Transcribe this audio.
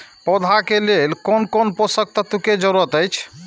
पौधा के लेल कोन कोन पोषक तत्व के जरूरत अइछ?